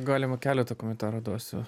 galima keletą komentarų duosiu